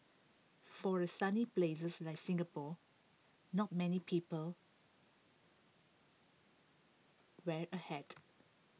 for A sunny places like Singapore not many people wear A hat